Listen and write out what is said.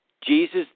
Jesus